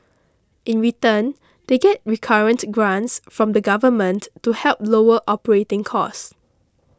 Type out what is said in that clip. in return they get recurrent grants from the government to help lower operating costs